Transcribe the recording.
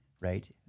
right